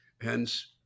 hence